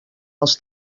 els